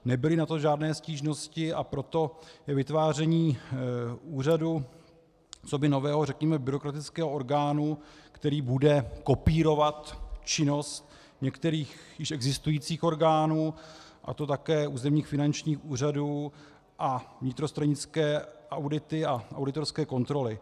Nebyly na to žádné stížnosti, a proto vytváření úřadu coby nového, řekněme, byrokratického orgánu, který bude kopírovat činnost některých již existujících orgánů, a to také územních finančních úřadů a vnitrostranické audity a auditorské kontroly.